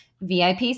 VIP